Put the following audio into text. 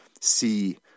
see